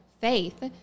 faith